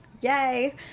Yay